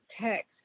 text